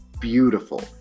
beautiful